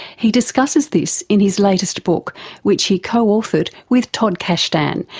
he discusses this in his latest book which he co-authored with todd kashdan.